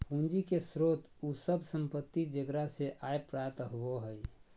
पूंजी के स्रोत उ सब संपत्ति जेकरा से आय प्राप्त होबो हइ